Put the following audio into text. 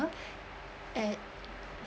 at